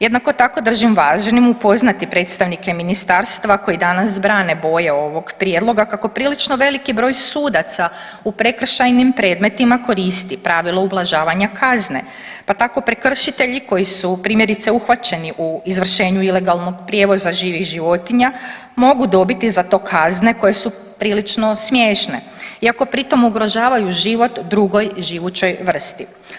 Jednako tako držim važnim upoznati predstavnike ministarstva koji danas brane boje ovog prijedloga kako prilično veliki broj sudaca u prekršajnim predmetima koristi pravilo ublažavanja kazne, pa tako prekršitelji koji su primjerice uhvaćeni u izvršenju ilegalnog prijevoza živih životinja mogu dobiti za to kazne koje su prilično smiješne iako pri tom ugrožavaju život drugoj živućoj vrsti.